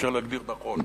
ואפשר להגדיר נכון.